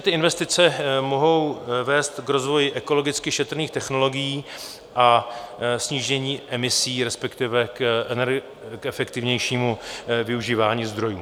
Ty investice mohou vést k rozvoji ekologicky šetrných technologií a snížení emisí, respektive k efektivnějšímu využívání zdrojů.